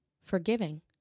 forgiving